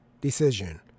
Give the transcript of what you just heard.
decision